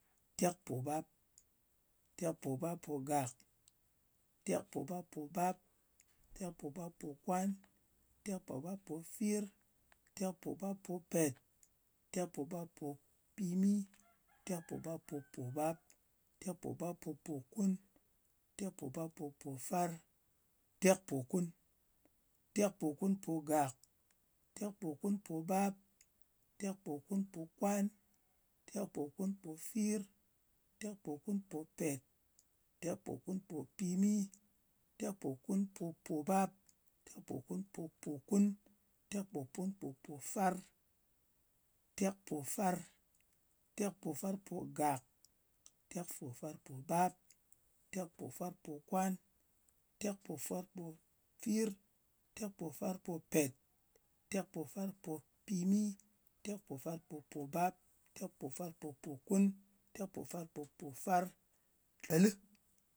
Tekpobap. Tekpobappgak, tekpobappobap, tekpobappokwan, tekpobappfir, tekpobappopet, tekpobappopimi, tekpobappopobap, tekpobappopokun, tekpobappopofar, tekpokun. Tekpokunpogak, tekpokunpobap, tekpokunpokwan, tekpokunpofir, tekpokunpopet, tekpokunpopimi, tekpokunpopobap, tekpokunpopokun, tekpokunpopofar, tekpofar. Tekpofarpogak, tekpofarpobap, tekpofarpokwan, tekpofarpofir, tekpofarpopet, tekpofarpopopimi, tekpofarpopobab, tekpofarpopokun, tekpofarpopofar, ɗelɨ.